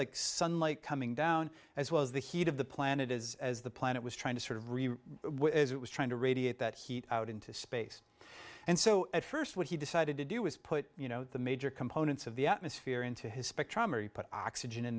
like sunlight coming down as well as the heat of the planet is as the planet was trying to sort of really what it was trying to radiate that heat out into space and so at first when he decided to do was put you know the major components of the atmosphere into his spectrometer he put oxygen in